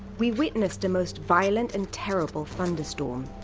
we witnessed a most violent and terrible thunderstorm.